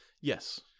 Yes